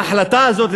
ההחלטה הזאת,